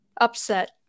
upset